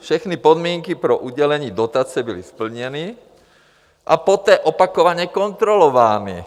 Všechny podmínky pro udělení dotace byly splněny a poté opakovaně kontrolovány.